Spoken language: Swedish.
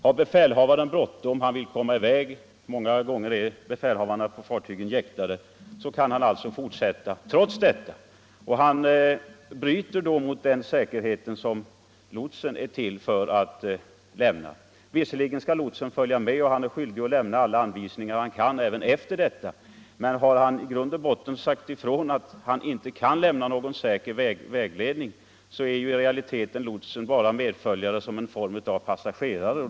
Har befälhavaren bråttom och vill komma i väg — många gånger är befälhavarna på fartygen jäktade — kan han fortsätta trots detta. Han bryter då mot den sjösäkerhet som lotsen är till för att bevaka. Visserligen skall lotsen även efter detta följa med och är skyldig att lämna alla anvisningar som han kan, men har lotsen förklarat att han inte kan lämna den säkra vägledning som lotsning innebär, följer han i realiteten med bara såsom passagerare.